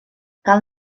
cal